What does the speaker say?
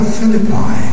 Philippi